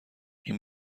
این